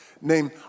named